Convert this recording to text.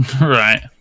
Right